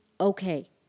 okay